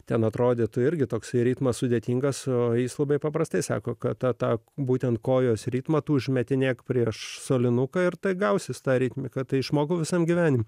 ten atrodytų irgi toks ritmas sudėtinga su jais labai paprastai sako kad tą būtent kojos ritmą užmetinėti prieš šulinuką ir tai gausis tą ritmiką tai išmokau visam gyvenimui